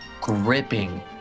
gripping